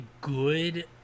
good